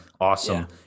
awesome